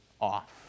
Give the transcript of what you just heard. off